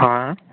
हा